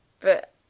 But